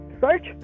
search